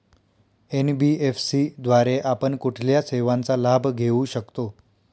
NBFC द्वारे आपण कुठल्या सेवांचा लाभ घेऊ शकतो?